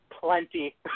plenty